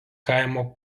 kaimo